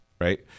right